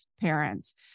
parents